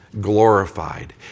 glorified